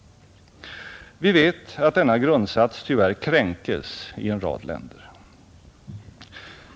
Vi vet att denna grundsats tyvärr kränkes i en rad länder.